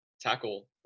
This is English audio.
tackle